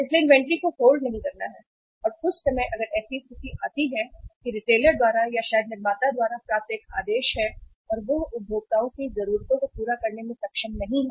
इसलिए इन्वेंट्री को होल्ड नहीं करना और कुछ समय अगर ऐसी स्थिति आती है कि रिटेलर द्वारा या शायद निर्माता द्वारा प्राप्त एक आदेश है और वह उपभोक्ताओं की जरूरतों को पूरा करने में सक्षम नहीं है